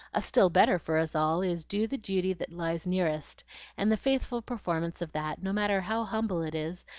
a still better for us all is, do the duty that lies nearest and the faithful performance of that, no matter how humble it is,